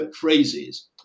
phrases